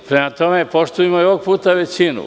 Prema tome, poštujmo i ovog puta većinu.